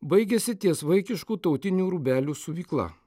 baigiasi ties vaikiškų tautinių rūbelių siuvykla